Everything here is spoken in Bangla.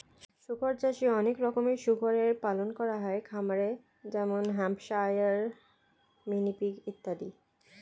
শুকর চাষে অনেক রকমের শুকরের পালন করা হয় খামারে যেমন হ্যাম্পশায়ার, মিনি পিগ ইত্যাদি